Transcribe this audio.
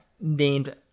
named